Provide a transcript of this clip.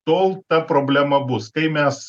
tol ta problema bus tai mes